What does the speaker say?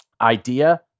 idea